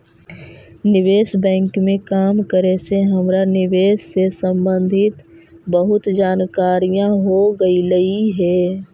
निवेश बैंक में काम करे से हमरा निवेश से संबंधित बहुत जानकारियाँ हो गईलई हे